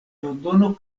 londono